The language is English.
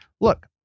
look